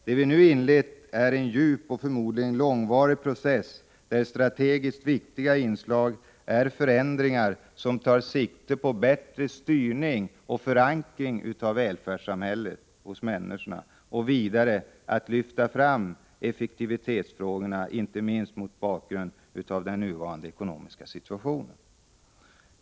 Det vi nu inlett är en djup och förmodligen långvarig process, där strategiskt viktiga inslag är förändringar som tar sikte på bättre styrning och bättre förankring av välfärdssamhället hos människorna, och vidare att lyfta fram effektivitetsfrågorna, inte minst mot bakgrund av den nuvarande ekonomiska situationen.